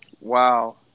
Wow